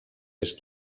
est